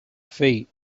feet